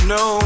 no